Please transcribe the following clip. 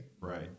right